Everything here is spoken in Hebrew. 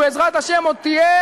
בעזרת השם עוד תהיה,